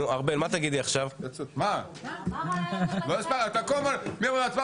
תן לנו חמש דקות.